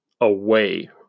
away